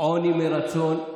עוני מרצון.